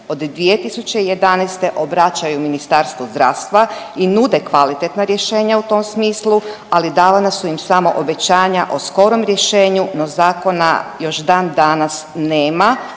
od 2011. obraćaju Ministarstvu zdravstva i nude kvalitetna rješenja u tom smislu, ali davana su im samo obećanja o skorom rješenju, no zakona još dan danas nema